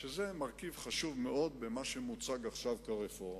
שזה מרכיב חשוב מאוד במה שמוצג עכשיו כרפורמה.